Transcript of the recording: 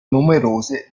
numerose